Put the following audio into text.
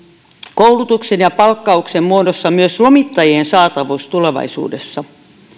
koulutuksen ja palkkauksen muodossa myös lomittajien saatavuus tulevaisuudessa